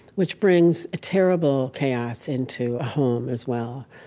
which brings a terrible chaos into a home as well.